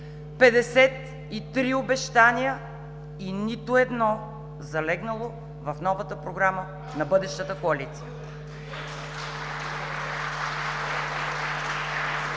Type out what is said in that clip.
53 обещания, и нито едно залегнало в новата програма на бъдещата коалиция.